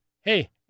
hey